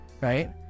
Right